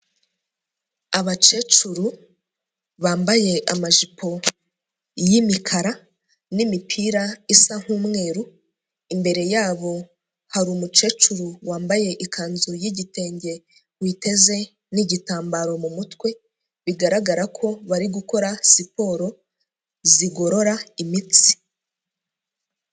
Abakecuru bambaye amajipo y'imikara n'imipira isa nk'umweru, imbere yabo hari umukecuru wambaye ikanzu y'igitenge witeze n'igitambaro mu mutwe, bigaragara ko bari gukora siporo zigorora imitsi.